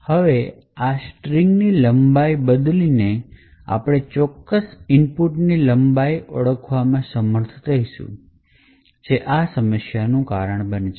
હવે આ string ની લંબાઈ બદલીને આપણે ચોક્કસ ઇનપુટની લંબાઈ ઓળખવામાં સમર્થ થઈશું જે આ સમસ્યાનું કારણ બને છે